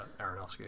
Aronofsky